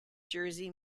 jersey